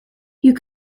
you